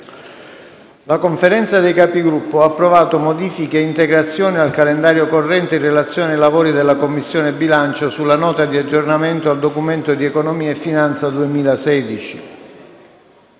la Conferenza dei Capigruppo ha approvato modifiche e integrazioni al calendario corrente, in relazione ai lavori della Commissione bilancio sulla Nota di aggiornamento al Documento di economia e finanza 2016.